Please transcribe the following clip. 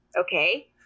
okay